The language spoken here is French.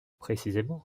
précisément